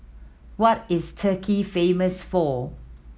what is Turkey famous for